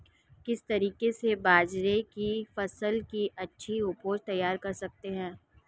किस तरीके से बाजरे की फसल की अच्छी उपज तैयार कर सकते हैं?